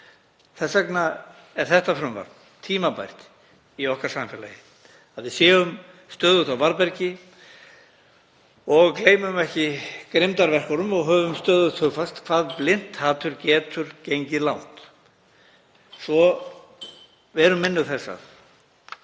Þess vegna er þetta frumvarp tímabært í samfélagi okkar, að við séum stöðugt á varðbergi og gleymum ekki grimmdarverkum og höfum stöðugt hugfast hvað blint hatur getur gengið langt. Verum minnug þessa